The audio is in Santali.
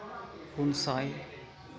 ᱯᱩᱱ ᱥᱟᱭ